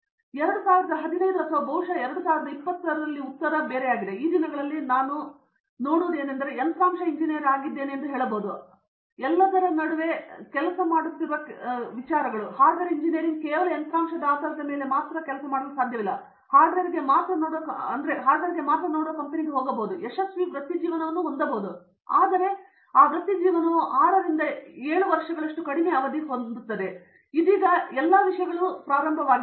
ಕಾಮಕೋಟಿ 2015 ಅಥವಾ ಬಹುಶಃ 2020 ರ ಉತ್ತರವು ಆ ದಿನಗಳಲ್ಲಿ ಇಂದು ನಾನು ನೋಡುವಾಗ ನಾನು ಯಂತ್ರಾಂಶ ಎಂಜಿನಿಯರ್ ಆಗಿದ್ದೇನೆ ಎಂದು ಹೇಳಬಹುದು ಮತ್ತು ನಂತರ ಎಲ್ಲದರ ಬಗ್ಗೆ ಮರೆತುಬಿಡಿ ಮತ್ತು ನನಗೆ ಕೆಲಸ ಮಾಡುತ್ತಿರುವ ಕೆಲಸಗಳು ಹಾರ್ಡ್ವೇರ್ ಎಂಜಿನಿಯರಿಂಗ್ ಕೇವಲ ಯಂತ್ರಾಂಶದ ಆಧಾರದ ಮೇಲೆ ನಾನು ಹಾರ್ಡ್ವೇರ್ಗೆ ಮಾತ್ರ ನೋಡುವ ಕಂಪನಿಗೆ ಹೋಗಬಹುದು ಮತ್ತು ಯಶಸ್ವಿ ವೃತ್ತಿಜೀವನವನ್ನು ಹೊಂದಬಹುದು ಆದರೆ ಆ ವೃತ್ತಿಜೀವನವು 6 ರಿಂದ 7 ವರ್ಷಗಳಷ್ಟು ಕಡಿಮೆ ಅವಧಿಯನ್ನು ಹೊಂದಿತ್ತು ಇದೀಗ ಅದು ವಿಷಯಗಳನ್ನು ಪ್ರಾರಂಭಿಸುತ್ತದೆ